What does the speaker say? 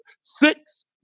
six